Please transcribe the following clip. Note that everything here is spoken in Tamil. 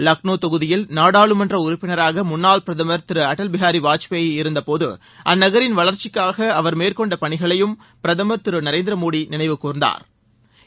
லக்னோ தொகுதியில் நாடாளுமன்ற உறுப்பினராக முன்னாள் பிரதமர் திரு அடல் பிகாரி வாஜ்பாய் இருந்தபோது அந்நகின் வளர்ச்சிக்காக அவர் மேற்கொண்ட பணிகளையும் திரு நரேந்திர மோடி நினைவு கூர்ந்தாா்